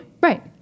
Right